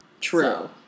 True